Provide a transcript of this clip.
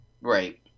Right